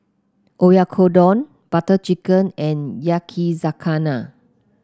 Oyakodon Butter Chicken and Yakizakana